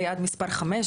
זה יעד מספר 5,